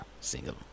single